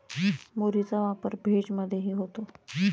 मुरीचा वापर भेज मधेही होतो